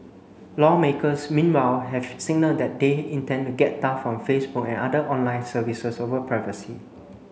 lawmakers meanwhile have signalled that they intend to get tough on Facebook and other online services over privacy